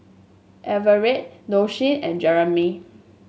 Everett Doshie and Jeramie